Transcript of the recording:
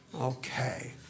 Okay